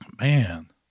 Man